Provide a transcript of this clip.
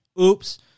Oops